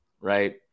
right